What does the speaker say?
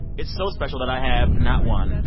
it's so special that i have, not one,